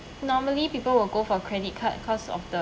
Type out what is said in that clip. normally people will go for credit card cause of the